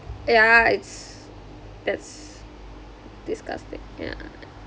ya it's that's disgusting ya